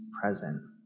present